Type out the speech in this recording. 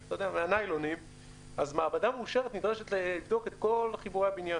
אז מעבדה מאושרת נדרשת לבדוק את כל חיבורי הבניין.